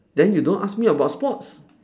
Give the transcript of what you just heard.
then you don't ask me about sports